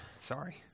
Sorry